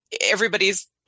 everybody's